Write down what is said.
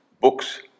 books